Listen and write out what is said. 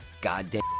goddamn